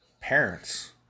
parents